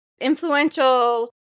influential